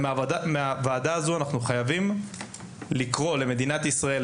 מהוועדה הזו אנחנו חייבים לקרוא למדינת ישראל,